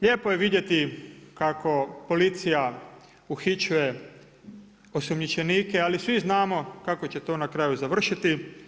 Lijepo je vidjeti kako policija uhićuje osumnjičenike ali svi znamo kako će to na kraju završiti.